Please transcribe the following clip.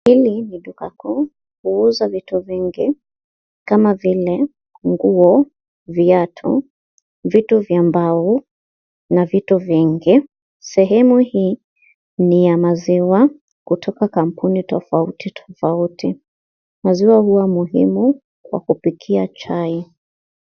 Hili ni duka kuu. Huuza vitu vingi kama vile nguo, viatu, vitu vya mbao na vitu vingi . Sehemu hii ni ya maziwa kutoka kampuni tofauti tofauti. Maziwa huwa muhimu kwa kupikia chai.